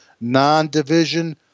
non-division